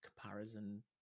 comparison